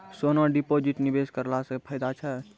सोना deposit निवेश करला से फैदा छै?